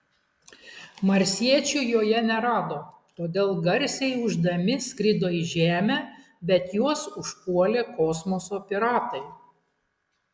marsiečių joje nerado todėl garsiai ūždami skrido į žemę bet juos užpuolė kosmoso piratai